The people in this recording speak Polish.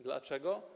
Dlaczego?